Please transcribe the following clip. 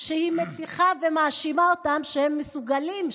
היא מטיחה והיא מאשימה אותם שהם מסוגלים,